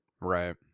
Right